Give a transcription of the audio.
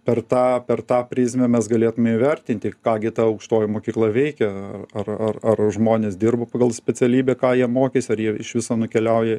per tą per tą prizmę mes galėtume įvertinti ką gi ta aukštoji mokykla veikia ar ar ar žmonės dirba pagal specialybę ką jie mokės ar jie iš viso nukeliauja